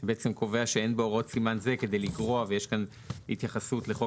הוא קובע שאין בהוראות סימן זה כדי לגרוע ויש כאן התייחסות לחוק